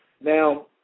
Now